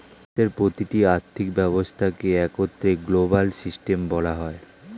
বিশ্বের প্রতিটি আর্থিক ব্যবস্থাকে একত্রে গ্লোবাল সিস্টেম বলা হয়